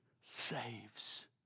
saves